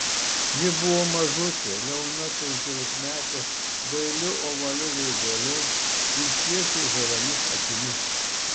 ji buvo mažutė liauna penkiolikmetė dailiu ovaliu veideliu ir šviesiai žaliomis akimis